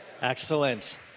Excellent